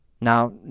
Now